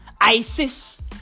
ISIS